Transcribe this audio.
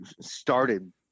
started